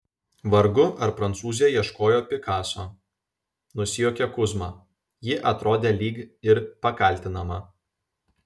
vargu ar prancūzė ieškojo pikaso nusijuokė kuzma ji atrodė lyg ir pakaltinama